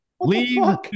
Leave